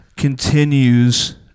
continues